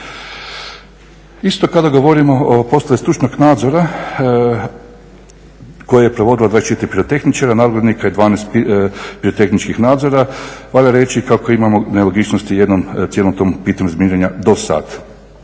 Isto kada govorimo o poslovima stručnog nadzora koje je provodilo 24 pirotehničara nadglednika i 12 pirotehničkih nadzora valja reći kako imamo nelogičnosti u jednom cijelom tom pitanju razminiravanja do sada.